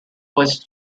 was